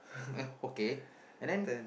okay and then